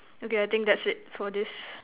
okay I think that's it for this